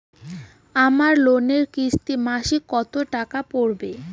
আমার লোনের কিস্তি মাসিক কত টাকা পড়বে?